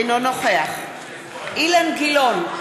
אינו נוכח אילן גילאון,